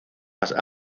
más